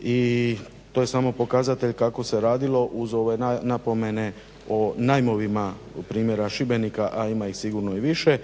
i to je samo pokazatelj kako se radilo uz ove napomene o najmovima primjera Šibenika, a ima ih sigurno i više.